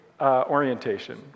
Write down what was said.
orientation